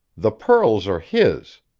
the pearls are his.